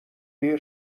دیر